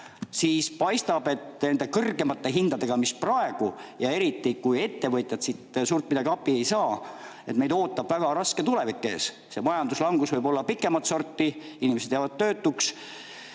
paistab, et nende kõrgemate hindadega, mis praegu on, ja eriti, kui ettevõtjad suurt mingit abi ei saa, meid ootab väga raske tulevik ees. See majanduslangus võib olla pikemat sorti, inimesed jäävad töötuks.